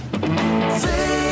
See